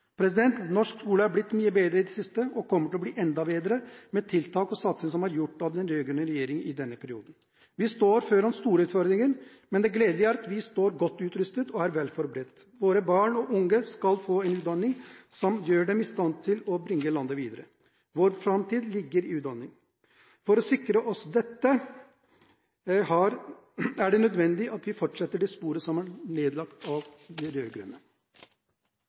Norsk skole har blitt mye bedre i det siste og kommer til å bli enda bedre med de tiltak og den satsing som har vært gjort av den rød-grønne regjeringen i denne perioden. Vi står foran store utfordringer, men det gledelige er at vi står godt utrustet og er vel forberedt. Våre barn og unge skal få en utdanning som gjør dem i stand til å bringe landet videre. Vår framtid ligger i utdanning. For å sikre dette, er det nødvendig at vi fortsetter i det sporet som er lagt av de